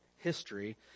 history